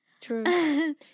True